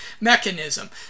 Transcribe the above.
mechanism